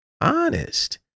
honest